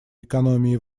экономии